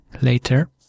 later